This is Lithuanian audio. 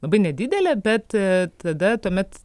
labai nedidelė bet tada tuomet